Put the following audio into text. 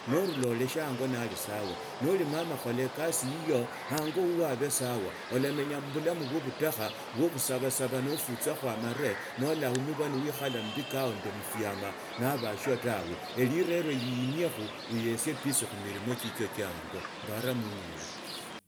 Noruraa oleshe angoali sawa noli mama khola ekasi yiyo anyo wuwo abe sawaolamenya mubulamu buso butakha bwo khusabasaba nofutsakhi amare nootaumibwa noikhala mbikao nende mufiama na abashio tawe erila ino oiniekho ursiepeace khumilimo chichio chia anyo.